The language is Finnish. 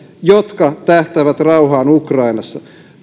jotka tähtäävät rauhaan ukrainassa